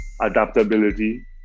adaptability